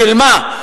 של מה?